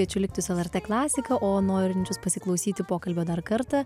kviečiu likti su lrt klasika o norinčius pasiklausyti pokalbio dar kartą